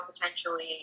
potentially